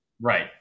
Right